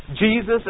Jesus